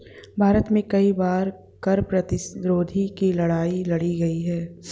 भारत में कई बार कर प्रतिरोध की लड़ाई लड़ी गई है